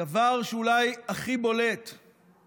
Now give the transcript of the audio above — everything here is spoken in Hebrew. הדבר שאולי הכי בולט הוא